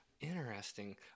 Interesting